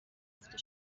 گفته